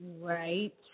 Right